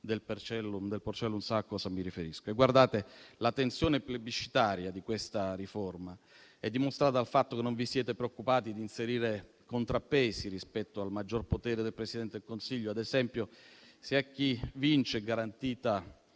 del Porcellum sa a cosa mi riferisco. La tensione plebiscitaria di questa riforma è dimostrata dal fatto che non vi siete preoccupati di inserire contrappesi rispetto al maggior potere del Presidente del Consiglio. Ad esempio, se a chi vince è garantita